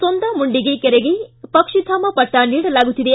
ಸೋಂದಾ ಮುಂಡಿಗೆ ಕೆರೆಗೆ ಪಕ್ಷಿಧಾಮ ಪಟ್ಟ ನೀಡಲಾಗುತ್ತಿದೆ